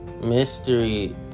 Mystery